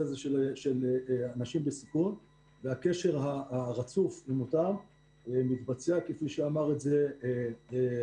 הזה של נשים בסיכון והקשר הרצוף אתן מתבצע כפי שאמר את זה עופר